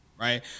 Right